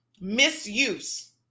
misuse